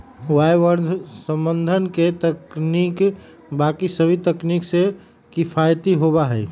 वायवसंवर्धन के तकनीक बाकि सभी तकनीक से किफ़ायती होबा हई